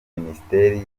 minisiteri